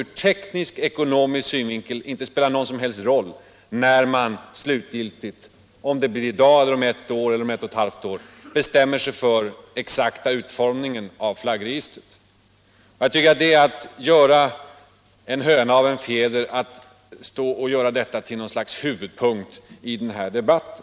Ur teknisk-ekonomisk synvinkel spelar det nämligen inte någon som helst roll när man slutgiltigt — i dag, om ett år eller om ett och ett halvt år — bestämmer sig för den exakta utformningen av flaggregistret. Det är att göra en höna av en fjäder när man gör detta till något slags huvudpunkt i den här debatten.